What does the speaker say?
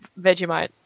Vegemite